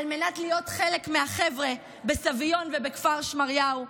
על מנת להיות חלק מהחבר'ה בסביון ובכפר שמריהו,